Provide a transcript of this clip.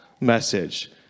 message